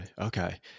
Okay